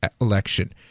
election